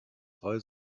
drei